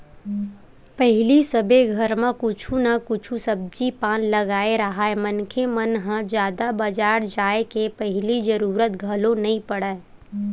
पहिली सबे घर म कुछु न कुछु सब्जी पान लगाए राहय मनखे मन ह जादा बजार जाय के पहिली जरुरत घलोक नइ पड़य